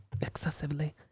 excessively